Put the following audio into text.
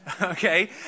okay